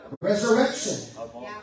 Resurrection